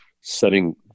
setting